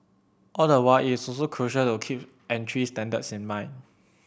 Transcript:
all the while it is also crucial to keep entry standards in mind